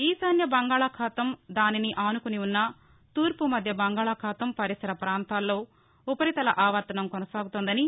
ఈశాన్య బంగాళాఖాతం దానిని ఆనుకొని ఉన్న తూర్పు మధ్య బంగాళాఖాతం పరిసర ప్రాంతాల్లో ఉపరితల ఆవర్తనం కొనసాగుతోందని